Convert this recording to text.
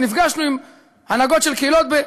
ונפגשנו עם הנהגות של קהילות,